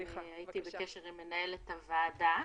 סליחה.